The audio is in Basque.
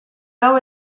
gau